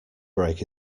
break